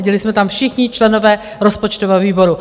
Seděli jsme tam všichni členové rozpočtového výboru.